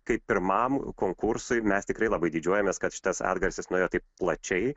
kaip pirmam konkursui mes tikrai labai didžiuojamės kad šitas atgarsis nuėjo taip plačiai